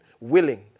willing